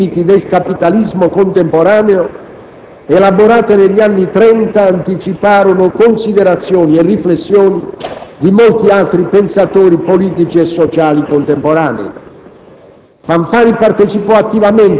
Alcune sue idee sui limiti del capitalismo contemporaneo, elaborate negli anni '30, anticiparono considerazioni e riflessioni di molti altri pensatori politici e sociali contemporanei.